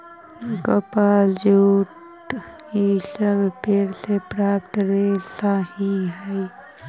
कपास, जूट इ सब पेड़ से प्राप्त रेशा ही हई